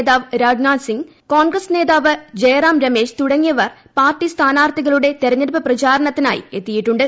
നേതാവ് രാജ്നാഥ് സിംഗ് കോൺഗ്രസ് നേതാവ് ജയറാം രമേശ് തുടങ്ങിയവർ പാർട്ടീ സ്ഥാനാർത്ഥികളുടെ തെരഞ്ഞെടുപ്പ് പ്രചാരണത്തിനായി എത്തിയിട്ടുണ്ട്